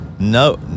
No